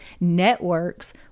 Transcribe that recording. networks